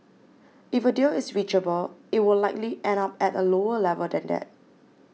if a deal is reachable it would likely end up at a lower level than that